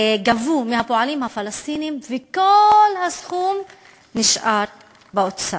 גבו מהפועלים הפלסטינים, וכל הסכום נשאר באוצר.